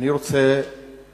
אני רוצה